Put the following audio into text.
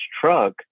truck